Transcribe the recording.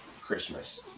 Christmas